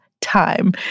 time